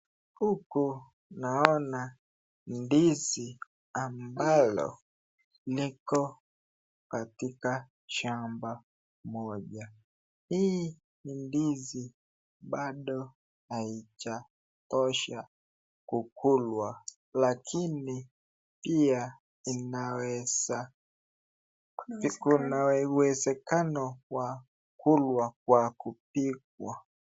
Huku naona ndizi ambalo liko katika shamba moja, hii ndizi bado haijatosha kukulwa lakini pia inaweza kuna uwezekano kwa kulwa kwa kupikwa.